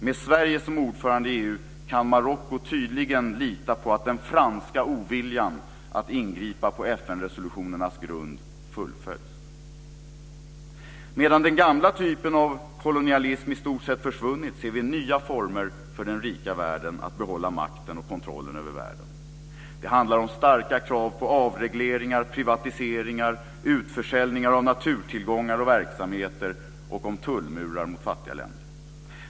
Med Sverige som ordförande i EU kan Marocko tydligen lita på att den franska oviljan att ingripa på FN-resolutionernas grund fullföljs. Medan den gamla typen av kolonialism i stort sett försvunnit ser vi nya former för den rika världen att behålla makten och kontrollen över världen. Det handlar om starka krav på avregleringar, privatiseringar och utförsäljningar av naturtillgångar och verksamheter och om tullmurar mot fattiga länder.